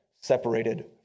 separated